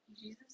Jesus